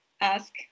ask